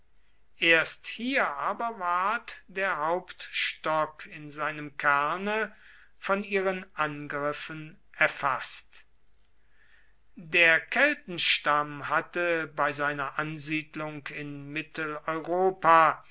erst hier aber ward der hauptstock in seinem kerne von ihren angriffen erfaßt der keltenstamm hatte bei seiner ansiedlung in mitteleuropa